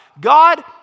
God